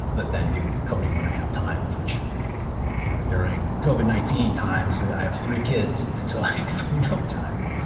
but then do coding when i have time, of which you know during covid nineteen times and i have three kids, and so i have no time.